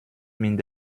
mit